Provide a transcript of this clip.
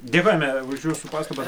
dėkojame už jūsų pastabą